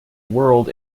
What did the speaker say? world